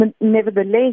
Nevertheless